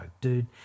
dude